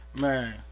Man